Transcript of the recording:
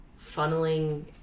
funneling